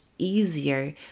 Easier